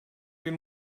bir